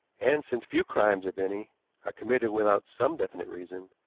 and, since few crimes, if any, are committed without some definite reason,